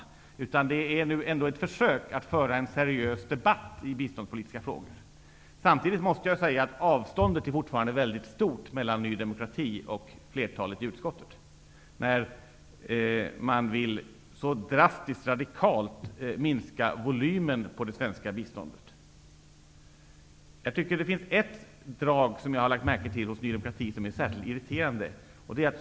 Nu gör man ändå ett försök att föra en seriös debatt i biståndspolitiska frågor. Samtidigt måste jag säga att avståndet fortfarande är väldigt stort mellan Ny demokrati och flertalet ledamöter i utskottet, när Ny demokrati så radikalt vill minska volymen på det svenska biståndet. Ett drag hos Ny demokrati är särskilt irriterande.